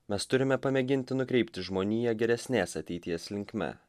mes turime pamėginti nukreipti žmoniją geresnės ateities linkme